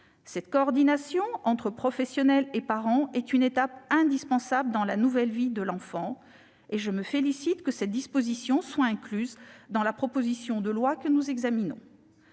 Cette coordination entre professionnels et parents est une étape indispensable dans la nouvelle vie de l'enfant. Je me félicite que cette disposition soit incluse dans la proposition de loi que nous examinons.